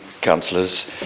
councillors